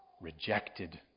rejected